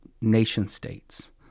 nation-states